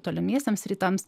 tolimiesiems rytams